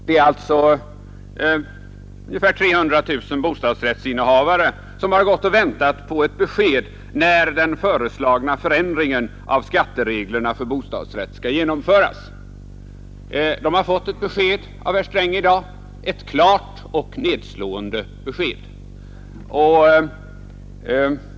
Det är alltså ungefär 300 000 bostadsrättsinnehavare som har gått och väntat på 5 ett besked när den föreslagna förändringen av skattereglerna för bostadsrätt skall genomföras. De har fått ett besked av herr Sträng i dag. Ett klart och nedslående besked.